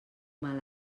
mal